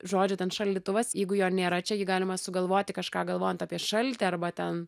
žodžio ten šaldytuvas jeigu jo nėra čia jį galima sugalvoti kažką galvojant apie šaltį arba ten